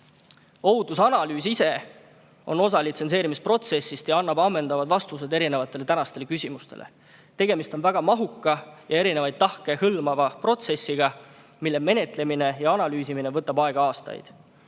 Ohutusanalüüs on osa litsentseerimise protsessist ja annab ammendavad vastused erinevatele küsimustele. Tegemist on väga mahuka ja erinevaid tahke hõlmava protsessiga, menetlemine ja analüüsimine võtab aega aastaid.